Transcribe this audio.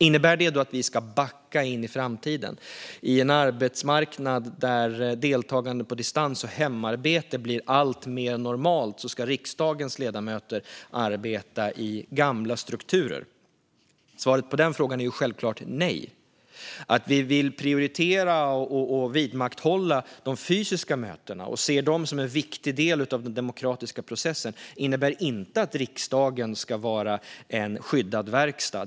Innebär det då att vi ska backa in i framtiden och att riksdagens ledamöter, på en arbetsmarknad där deltagande på distans och hemarbete blir alltmer normalt, ska arbeta i gamla strukturer? Svaret på den frågan är självklart nej. Att vi vill prioritera och vidmakthålla de fysiska mötena och ser dem som en viktig del av den demokratiska processen innebär inte att riksdagen ska vara en skyddad verkstad.